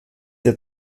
der